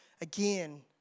again